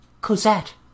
Cosette